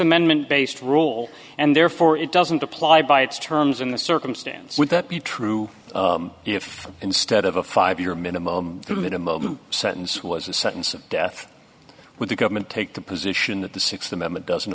amendment based rule and therefore it doesn't apply by its terms in the circumstance would that be true if instead of a five year minimum in a moment sentence was a sentence of death with the government take the position that the sixth amendment doesn't